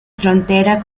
frontera